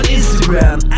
Instagram